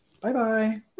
Bye-bye